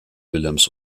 wilhelms